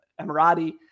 Emirati